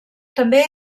també